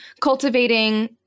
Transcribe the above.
cultivating